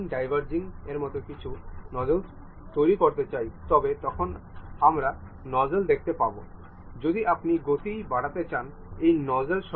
সুতরাং এখন এখানে টুল অ্যানিমেশন টুলবারে আমরা মৌলিক গতি নির্বাচন করব এবং আমরা খেলব